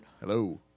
Hello